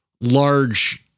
large